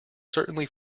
certainly